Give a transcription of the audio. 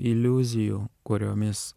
iliuzijų kuriomis